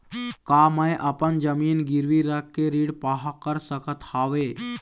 का मैं अपन जमीन गिरवी रख के ऋण पाहां कर सकत हावे?